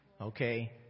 okay